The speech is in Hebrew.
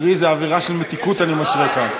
תראי איזו אווירה של מתיקות אני משרה כאן.